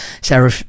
Sarah